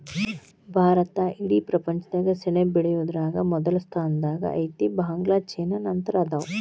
ಭಾರತಾ ಇಡೇ ಪ್ರಪಂಚದಾಗ ಸೆಣಬ ಬೆಳಿಯುದರಾಗ ಮೊದಲ ಸ್ಥಾನದಾಗ ಐತಿ, ಬಾಂಗ್ಲಾ ಚೇನಾ ನಂತರ ಅದಾವ